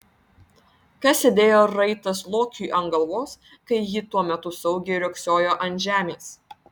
kas sėdėjo raitas lokiui ant galvos kai ji tuo metu saugiai riogsojo ant žemės